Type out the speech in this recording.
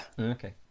Okay